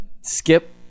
skip